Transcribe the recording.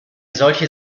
solche